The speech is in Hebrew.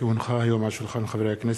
כי הונחה היום על שולחן הכנסת,